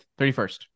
31st